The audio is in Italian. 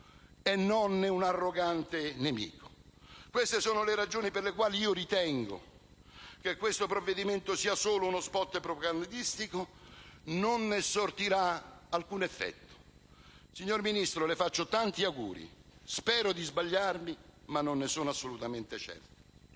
e non un arrogante nemico. Queste sono le ragioni per cui ritengo che il provvedimento in esame sia solo uno *spot* propagandistico e che non sortirà alcun effetto. Signor Ministro, le faccio tanti auguri: spero di sbagliarmi, ma non ne sono assolutamente certo.